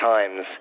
Times